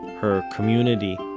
her community.